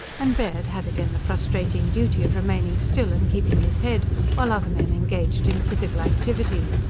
and baird had again the frustrating duty of remaining still and keeping his head while other men engaged in physical activity.